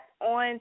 on